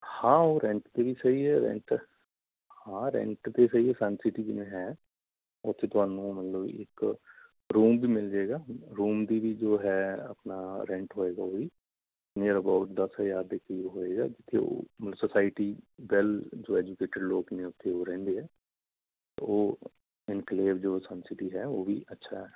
ਹਾਂ ਉਹ ਰੈਂਟ 'ਤੇ ਵੀ ਸਹੀ ਆ ਰੈਂਟ ਹਾਂ ਰੈਂਟ 'ਤੇ ਸਹੀ ਹੈ ਸਨ ਸਿਟੀ 'ਚ ਨੇ ਹੈ ਉੱਥੇ ਤੁਹਾਨੂੰ ਮਤਲਬ ਇੱਕ ਰੂਮ ਵੀ ਮਿਲ ਜਾਵੇਗਾ ਰੂਮ ਦੀ ਵੀ ਜੋ ਹੈ ਆਪਣਾ ਰੈਂਟ ਹੋਵੇਗਾ ਉਹ ਵੀ ਨੀਅਰ ਅਬਾਊਟ ਦਸ ਹਜ਼ਾਰ ਦੇ ਕਰੀਬ ਹੋਵੇਗਾ ਜਿੱਥੇ ਉਹ ਮਤਲਵ ਸੋਸਾਇਟੀ ਵੈੱਲ ਜੋ ਐਜੁਕੇਟਡ ਲੋਕ ਨੇ ਉੱਥੇ ਉਹ ਰਹਿੰਦੇ ਆ ਉਹ ਇਨਕਲੇਵ ਜੋ ਸਨ ਸਿਟੀ ਹੈ ਉਹ ਵੀ ਅੱਛਾ